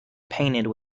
painted